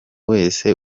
wese